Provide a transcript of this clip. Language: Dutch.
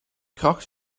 kracht